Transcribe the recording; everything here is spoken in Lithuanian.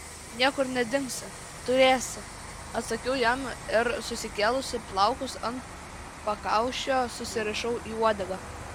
niekur nedingsi turėsi atsakiau jam ir susikėlusi plaukus ant pakaušio susirišau į uodegą